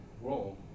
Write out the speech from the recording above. role